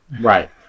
Right